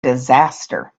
disaster